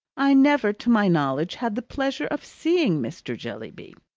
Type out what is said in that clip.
i never, to my knowledge, had the pleasure of seeing mr. jellyby.